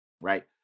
right